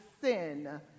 sin